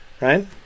right